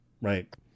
Right